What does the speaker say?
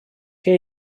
que